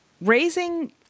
raising